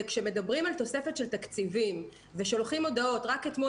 כשמדברים על תוספת של תקציבים ושולחים הודעות רק אתמול